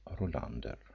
Rolander